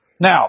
Now